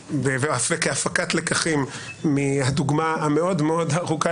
כהפקת לקחים מהדוגמה המאוד מאוד רחוקה